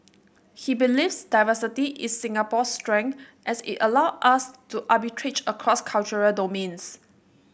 he believes diversity is Singapore's strength as it allows us to arbitrage across cultural domains